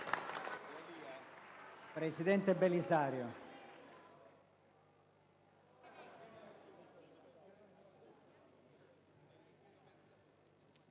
presidente Belisario,